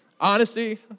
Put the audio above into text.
Honesty